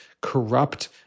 corrupt